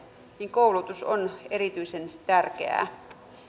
koulutus on erityisen tärkeää